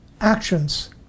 actions